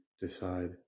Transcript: decide